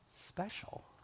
special